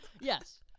Yes